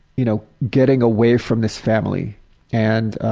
you know, getting away from this family and